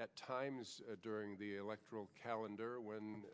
at times during the electoral calendar